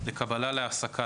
לקבלה להעסקה,